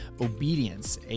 Obedience